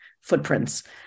footprints